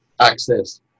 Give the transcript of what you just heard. access